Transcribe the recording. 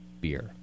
beer